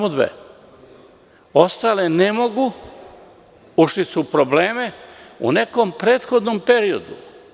Ostale ne mogu, ušli su u probleme u nekom prethodnom periodu.